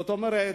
זאת אומרת,